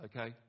Okay